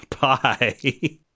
Bye